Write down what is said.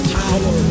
power